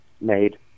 made